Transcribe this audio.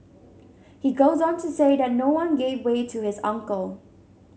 he goes on to say that no one gave way to his uncle